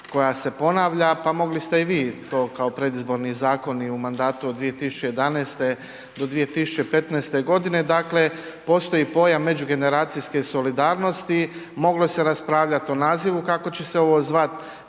koja se ponavlja pa mogli ste i vi to kao predizborni zakon i u mandatu od 2011. do 2015. godine, dakle postoji pojam međugeneracijske solidarnosti, moglo se raspravljati o nazivu kako će se ovo zvat,